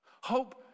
Hope